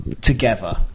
together